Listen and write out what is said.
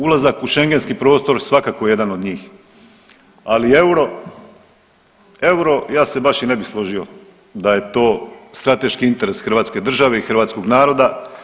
Ulazak u šengenski prostor svakako je jedan od njih, ali euro, euro ja se baš i ne bi složio da je to strateški interes hrvatske države i hrvatskog naroda.